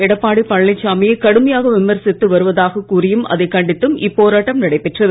எடப்பாடி பழனிசாமியை கடுமையாக விமர்சித்து வருவதாக கூறியும் அதைக் கண்டித்தும் இப்போராட்டம் நடைபெற்றது